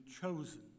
chosen